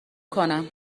کنم